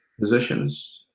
positions